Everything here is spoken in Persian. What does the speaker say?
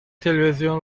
تلویزیون